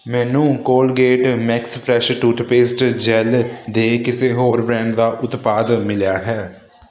ਮੈਨੂੰ Colgate max fresh toothpaste gel ਦੇ ਕਿਸੇ ਹੋਰ ਬ੍ਰਾਂਡ ਦਾ ਉਤਪਾਦ ਮਿਲਿਆ ਹੈ